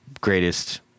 greatest